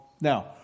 Now